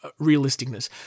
realisticness